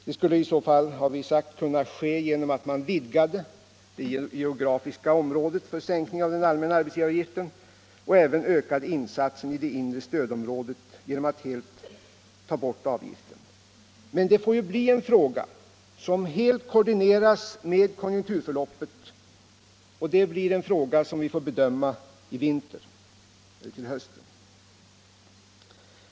Det skulle i så fall kunna ske genom att man vidgade det geografiska området för sänkning av den allmänna arbetsgivaravgiften och även ökade insatsen i det inre stödområdet genom att helt ta bort avgiften. Men det får bli en fråga som koordineras med konjunkturförloppet, och det får vi bedöma till hösten eller vintern.